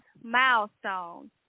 milestone